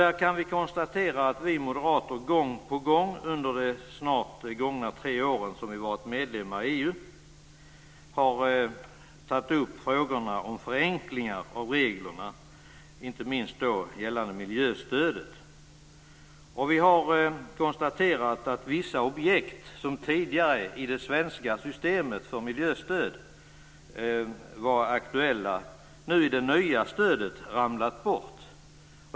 Vi kan konstatera att vi moderater gång på gång under de gångna tre åren som vi har varit medlemmar i EU har tagit upp frågor om förenklingar av reglerna, inte minst gällande miljöstödet. Vi har konstaterat att vissa objekt som tidigare i det svenska systemet för miljöstöd var aktuella nu i det nya stödet ramlat bort.